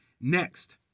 Next